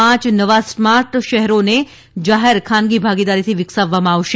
પાંચ નવા સ્માર્ટ શહેરોને જાહેર ખાનગી ભાગીદારીથી વિકસાવવામાં આવશે